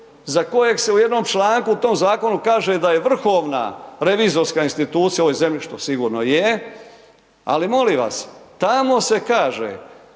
za kojeg se u jednom članku u tom zakonu kaže da je vrhovna revizorska institucija u ovoj zemlji što sigurno je, ali molim vas, tamo se kaže